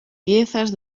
piezas